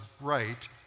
right